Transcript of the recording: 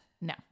No